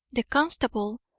the constable,